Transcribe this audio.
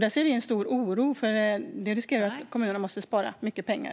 Det ser vi med stor oro eftersom det finns risk att kommunerna måste spara mycket pengar.